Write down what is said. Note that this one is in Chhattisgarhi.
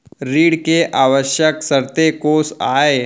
ऋण के आवश्यक शर्तें कोस आय?